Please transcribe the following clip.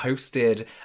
posted